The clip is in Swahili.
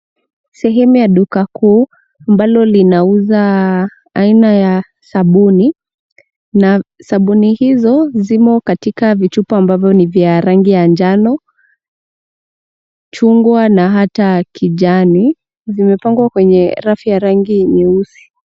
Sehemu ya duka kuu, ambalo linauza aina ya sabuni, na sabuni hizo, zimo katika vichupa ambavyo ni vya rangi ya njano, chungwa, na hata kijani, vimepangwa kwenye rafu ya rangi nyeusi.